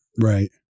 Right